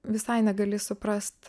visai negali suprast